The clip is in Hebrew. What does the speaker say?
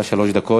יש לך שלוש דקות.